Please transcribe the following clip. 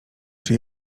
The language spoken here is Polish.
czy